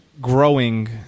growing